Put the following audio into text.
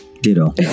ditto